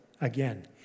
again